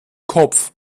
kopf